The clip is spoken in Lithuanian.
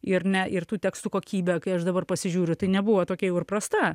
ir ne ir tų tekstų kokybė kai aš dabar pasižiūriu tai nebuvo tokia jau ir prasta